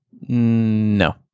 No